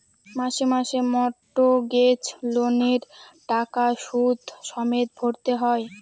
মাসে মাসে মর্টগেজ লোনের টাকা সুদ সমেত ভরতে হয়